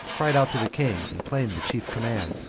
cried out to the king, and claimed the chief command.